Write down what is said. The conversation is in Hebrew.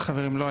חברים, לא.